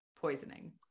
poisoning